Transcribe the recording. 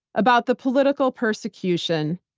about the political persecution,